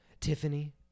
Tiffany